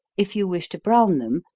if you wish to brown them,